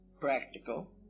practical